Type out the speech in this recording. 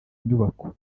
nyubako